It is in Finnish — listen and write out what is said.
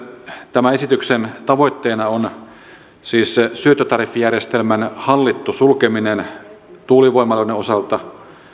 tämän esityksen tavoitteena on siis syöttötariffijärjestelmän hallittu sulkeminen tuulivoimaloiden osalta